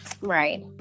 right